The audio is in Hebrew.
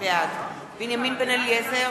בעד בנימין בן-אליעזר,